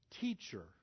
teacher